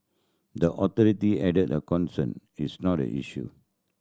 the authority added the is not a issue